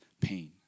pain